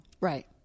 Right